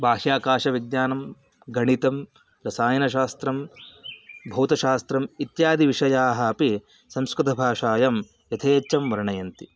बाह्याकाशविज्ञानं गणितं रसायनशास्त्रं भौतशास्त्रम् इत्यादिविषयाः अपि संस्कृतभाषायां यथेच्छा वर्णयन्ति